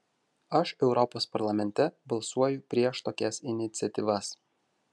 aš europos parlamente balsuoju prieš tokias iniciatyvas